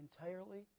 Entirely